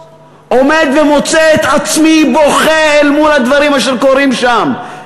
עומד ומוצא את עצמי בוכה אל מול הדברים אשר קורים שם.